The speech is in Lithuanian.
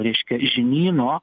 reiškia žinyno